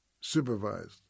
supervised